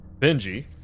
Benji